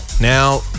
Now